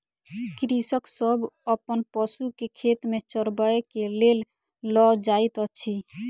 कृषक सभ अपन पशु के खेत में चरबै के लेल लअ जाइत अछि